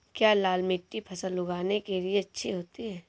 क्या लाल मिट्टी फसल उगाने के लिए अच्छी होती है?